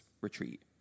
retreat